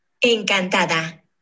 Encantada